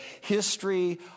history